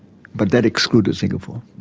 but that excluded singapore.